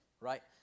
right